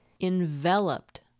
enveloped